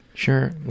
Sure